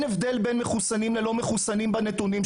הבדל בין מחוסנים ללא מחוסנים בנתונים,